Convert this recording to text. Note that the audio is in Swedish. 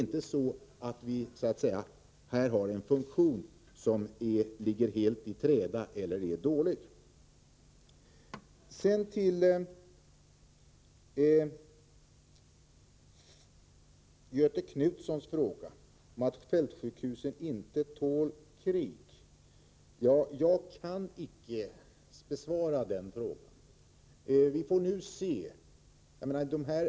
Det är här alltså icke fråga om en funktion som är dålig eller som ligger i träda. Beträffande frågan om fältsjukhuset inte tål krig vill jag säga till Göthe Knutson att jag icke kan besvara hans fråga.